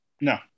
No